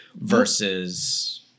versus